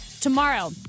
tomorrow